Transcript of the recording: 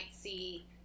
see